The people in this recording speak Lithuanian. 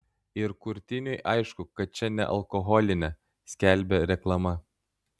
ir kurtiniui aišku kad čia nealkoholinė skelbė reklama